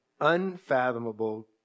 unfathomable